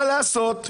מה לעשות,